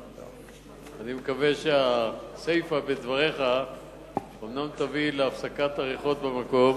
אני מקווה שהסיפא בדבריך אומנם תביא להפסקת הריחות במקום.